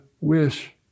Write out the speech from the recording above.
wish